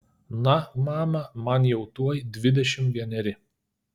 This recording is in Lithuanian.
na mama man jau tuoj dvidešimt vieneri